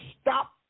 stop